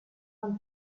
non